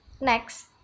Next